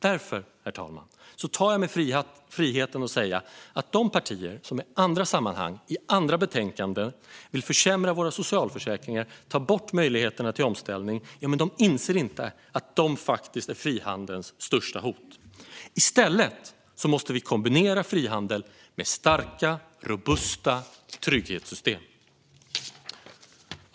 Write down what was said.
Därför, herr talman, tar jag mig friheten att säga att de partier som i andra sammanhang och i andra betänkanden vill försämra våra socialförsäkringar och ta bort möjligheterna till omställning inte inser att de faktiskt är frihandelns största hot. I stället måste vi kombinera frihandel med starka, robusta trygghetssystem.